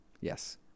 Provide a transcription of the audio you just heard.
Yes